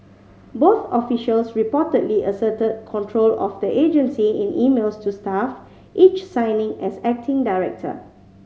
both officials reportedly asserted control of the agency in emails to staff each signing as acting director